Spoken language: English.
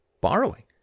borrowing